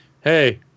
hey